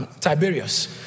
Tiberius